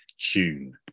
tune